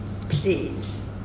Please